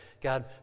God